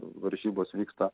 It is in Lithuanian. varžybos vyksta